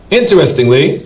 interestingly